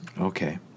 okay